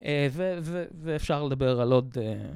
ואפשר לדבר על עוד...